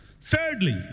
Thirdly